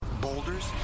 Boulders